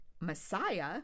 Messiah